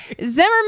Zimmerman